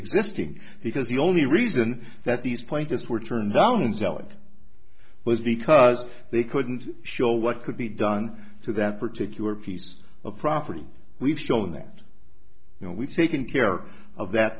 existing because the only reason that these plaintiffs were turned down zelic was because they couldn't show what could be done to that particular piece of property we've shown that we've taken care of that